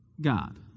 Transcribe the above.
God